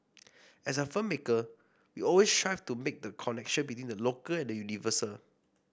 as a filmmaker we always strive to make the connection between the local and the universal